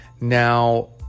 Now